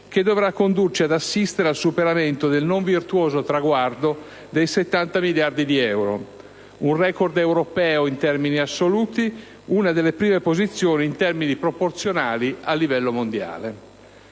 che dovrà condurci ad assistere al superamento del non virtuoso traguardo dei 70 miliardi di euro: un record europeo in termini assoluti; una delle prime posizioni, in termini proporzionali, a livello mondiale.